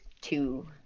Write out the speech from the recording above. two